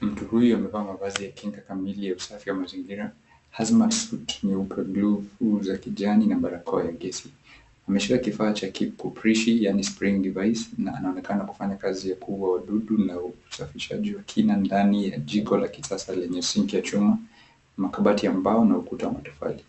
Mtu huyu amevaa mavazi ya kinga kamili ya usafi wa mazingira, Hazmat Suit, Neoprene Glove, huvu za kijani na barakoa ya gesi ameshika kifaa cha kikuprishi yaani spring device na anaonekana kufanya kazi ya kuua wadudu na usafishaji wa kina ndani ya jiko la kisasa lenye sinki ya chuma, makabati ya mbao na ukuta wa matofali.